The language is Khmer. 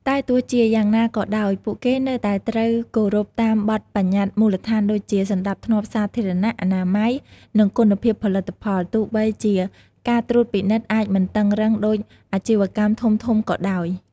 តែទោះជាយ៉ាងណាក៏ដោយ ពួកគេនៅតែត្រូវគោរពតាមបទប្បញ្ញត្តិមូលដ្ឋានដូចជា សណ្តាប់ធ្នាប់សាធារណៈ អនាម័យ និងគុណភាពផលិតផល ទោះបីជាការត្រួតពិនិត្យអាចមិនតឹងរ៉ឹងដូចអាជីវកម្មធំៗក៏ដោយ។